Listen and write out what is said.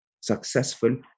Successful